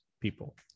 people